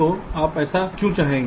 तो आप ऐसा क्यों चाहेंगे